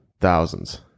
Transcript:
thousands